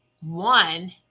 one